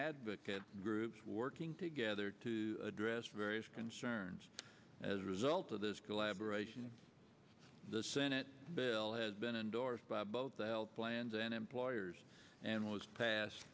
advocate groups working together to address various concerns as a result of this collaboration the senate bill has been endorsed by both the health plans and employers and was passed